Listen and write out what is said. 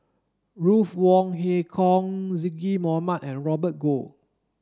Ruth Wong Hie King Zaqy Mohamad and Robert Goh